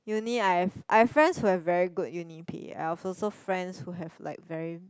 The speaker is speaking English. Uni I have I have friends who have very good Uni pay I've also friends who have like very